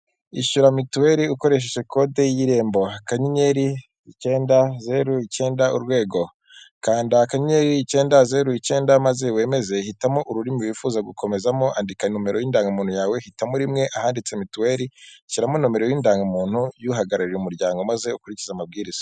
Ishyura mitiweli ukoresheje kode y'irembo akanyenyeri icyenda zeru icyenda urwego, maze wemeze. Hitamo ururimi wifuza gukomezamo; andika nomero y'indangamuntu yawe hitamo rimwe ahanditse mituweli, shyiramo nomero y'indangamuntu y'uhagarariye umuryango maze ukurikize amabwiriza.